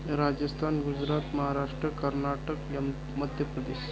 राजस्थान गुजरात महाराष्ट्र कर्नाटक एम मध्यप्रदेश